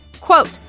quote